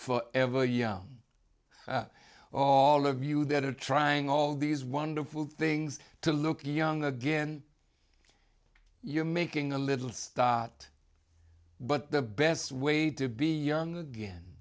for ever young all of you that are trying all these wonderful things to look young again you making a little stott but the best way to be young again